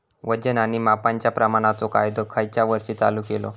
वजन आणि मापांच्या प्रमाणाचो कायदो खयच्या वर्षी चालू केलो?